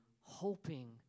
hoping